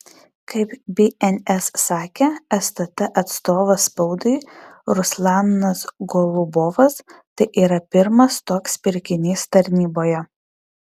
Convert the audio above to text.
kaip bns sakė stt atstovas spaudai ruslanas golubovas tai yra pirmas toks pirkinys tarnyboje